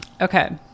Okay